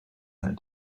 that